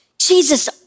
Jesus